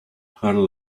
her